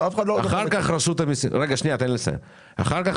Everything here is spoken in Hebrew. אחר-כך רשות המיסים,